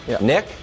nick